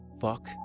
fuck